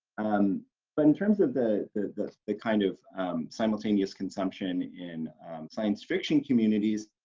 um but in terms of the the kind of simultaneous consumption in science fiction communities